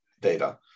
data